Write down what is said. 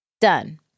done